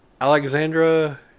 Alexandra